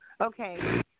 Okay